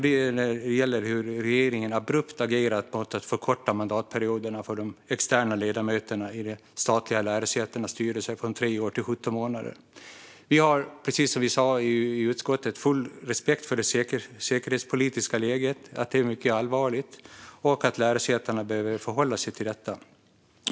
Det gäller hur regeringen abrupt har agerat för att förkorta mandatperioderna för de externa ledamöterna i de statliga lärosätenas styrelser från tre år till 17 månader. Vi har, precis som vi sa i utskottet, full respekt för det säkerhetspolitiska läget, att det är mycket allvarligt och att lärosätena behöver förhålla sig till det.